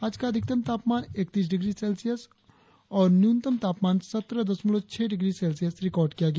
आज का अधिकतम तापमान एकतीस डिग्री सेल्सियस और न्यूनतम तापमान सत्रह दशमलव छह डिग्री सेल्सियस रिकार्ड किया गया